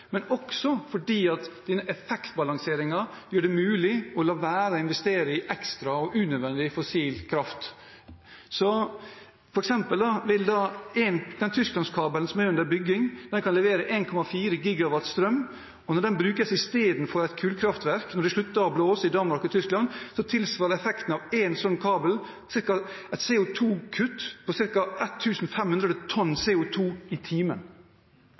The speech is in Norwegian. at effektbalanseringen gjør det mulig å la være å investere i ekstra og unødvendig fossil kraft. For eksempel kan tysklandskabelen som er under bygging, levere 1,4 GW strøm, og når den brukes i stedet for et kullkraftverk – når det slutter å blåse i Danmark og Tyskland – tilsvarer effekten av én slik kabel et kutt på ca. 1 500 tonn